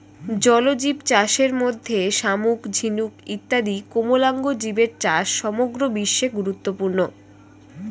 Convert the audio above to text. জলজীবচাষের মধ্যে শামুক, ঝিনুক ইত্যাদি কোমলাঙ্গ জীবের চাষ সমগ্র বিশ্বে গুরুত্বপূর্ণ